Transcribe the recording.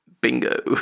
Bingo